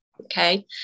Okay